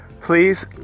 Please